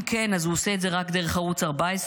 אם כן, אז הוא עושה את זה רק דרך ערוץ 14,